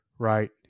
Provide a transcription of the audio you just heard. right